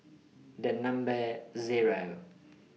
The Number Zero